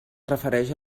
refereix